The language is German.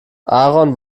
aaron